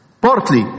partly